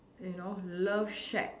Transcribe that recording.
you know love shack